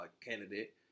candidate